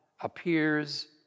appears